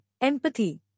empathy